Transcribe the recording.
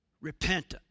Repentance